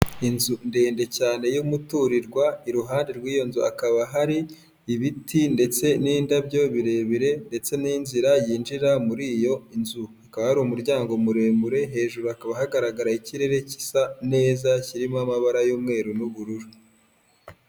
Inzu ndende cyane y'umuturirwa, iruhande rw'iyo nzu hakaba hari ibiti ndetse n'indabyo birebire ndetse n'inzira yinjira muri iyo inzu. Hakaba hari umuryango muremure, hejuru hakaba hagaragara ikirere gisa neza, kirimo amabara y'umweru n'ubururu.